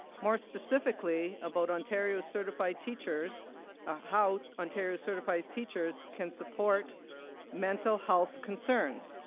more specifically, about ontario certified teachers how ontario certified teachers can support mental health concerns.